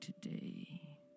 today